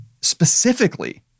specifically